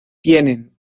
tienen